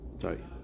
sorry